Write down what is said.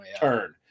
turn